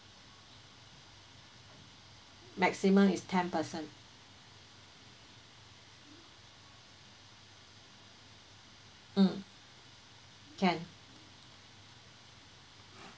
maximum is ten person mm can